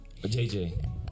JJ